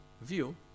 view